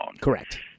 Correct